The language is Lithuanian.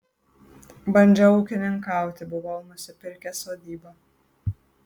bandžiau ūkininkauti buvau nusipirkęs sodybą